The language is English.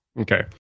Okay